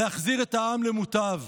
להחזיר את העם למוטב.